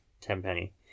Tenpenny